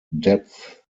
depth